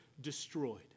destroyed